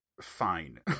fine